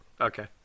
Okay